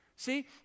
See